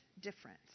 difference